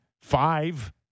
five